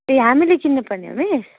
ए हामीले किन्नुपर्ने हो मिस